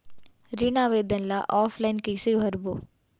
ऋण आवेदन ल ऑफलाइन कइसे भरबो?